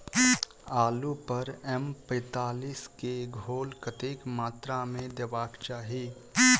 आलु पर एम पैंतालीस केँ घोल कतेक मात्रा मे देबाक चाहि?